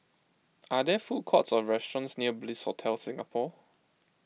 are there food courts or restaurants near Bliss Hotel Singapore